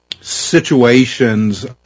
situations